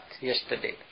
yesterday